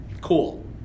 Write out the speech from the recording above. Cool